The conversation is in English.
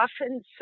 often